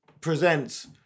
presents